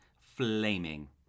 flaming